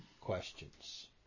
questions